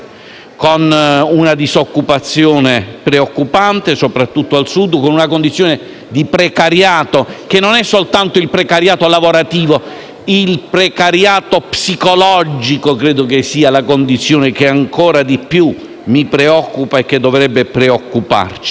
con una disoccupazione preoccupante, soprattutto al Sud, e una condizione di precariato, che non è solo quello lavorativo: il precariato psicologico è la condizione che mi preoccupa e credo dovrebbe preoccuparci.